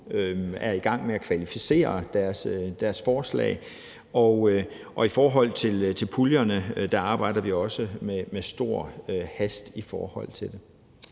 er i gang med at kvalificere deres forslag, og i forhold til puljerne arbejder vi også med stor hast. Kl.